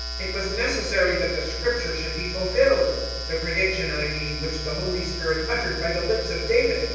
it was necessary that the scripture should be fulfilled the prediction, i mean, which the holy spirit uttered by the lips of david,